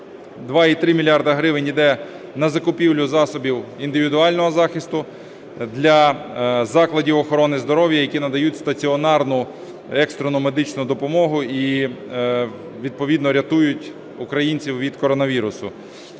2,3 мільярда гривень іде на закупівлю засобів індивідуального захисту для закладів охорони здоров'я, які надають стаціонарну екстрену медичну допомогу і відповідно рятують українців від коронавірусу.